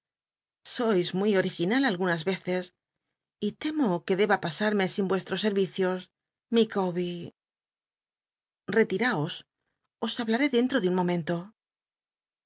sois muy original algunas yeces y temo que deba pasarme sin vuestl'os serricios micawber retiraos os hablaré denlt'o de un momento